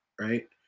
Right